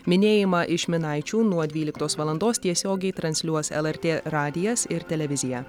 minėjimą iš minaičių nuo dvyliktos valandos tiesiogiai transliuos lrt radijas ir televizija